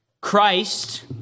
Christ